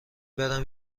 برم